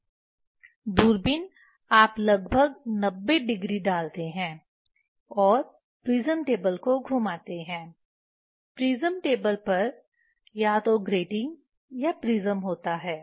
दूरबीन आप लगभग 90 डिग्री डालते हैं और प्रिज्म टेबल को घुमाते हैं प्रिज्म टेबल पर या तो ग्रेटिंग या प्रिज्म होता है